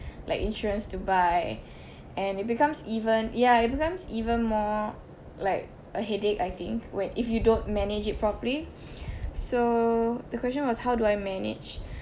like insurance to buy and it becomes even ya it becomes even more like a headache I think where if you don't manage it properly so the question was how do I manage